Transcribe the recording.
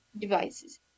devices